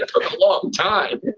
a long time!